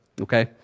okay